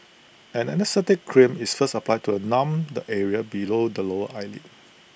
an anaesthetic cream is first applied to A numb the area below the lower eyelid